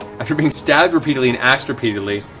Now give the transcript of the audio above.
after being stabbed repeatedly and axed repeatedly,